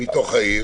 מתוך העיר